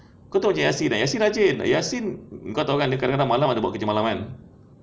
kau tahu macam yasin yasin rajin yasin kau tahu kan dia malam-malam buat kerja malam kan